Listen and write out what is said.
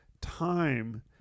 time